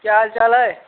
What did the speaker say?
क्या हाल चाल है